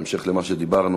בהמשך למה שדיברנו,